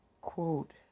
Quote